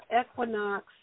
equinox